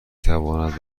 تواند